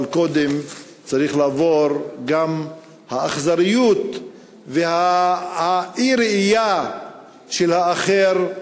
אבל קודם צריכים לעבור גם האכזריות והאי-ראייה של האחר,